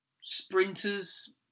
sprinters